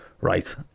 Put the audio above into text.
right